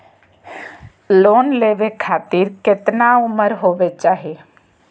Loan लेवे खातिर केतना उम्र होवे चाही?